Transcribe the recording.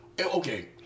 Okay